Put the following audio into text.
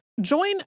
Join